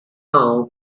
now